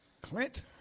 clint